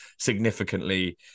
Significantly